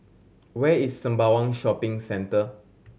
where is Sembawang Shopping Centre